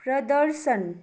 प्रदर्शन